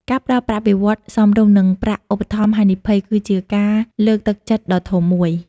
ការផ្តល់ប្រាក់បៀវត្សរ៍សមរម្យ និង ប្រាក់ឧបត្ថម្ភហានិភ័យ គឺជាការលើកទឹកចិត្តដ៏ធំមួយ។